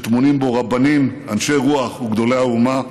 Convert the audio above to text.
שטמונים בו רבנים, אנשי רוח וגדולי האומה.